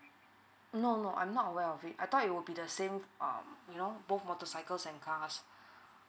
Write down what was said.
no no I'm not aware of it I thought it would be the same err you know both motorcycles and cars